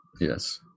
Yes